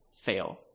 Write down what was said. fail